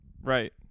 Right